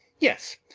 yes.